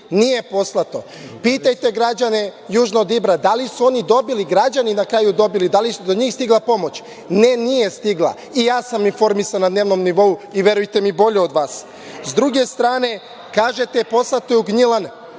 Nije poslato. Pitajte građane južno od Ibra da li su oni dobili, građani na kraju, da li je do njih stigla pomoć? Ne, nije stigla. I ja sam informisan na dnevnom nivou i verujte mi, bolje od vas. Sa druge strane kažete, poslato je u Gnjilane.